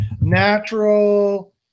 Natural